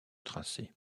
tracé